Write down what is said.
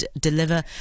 deliver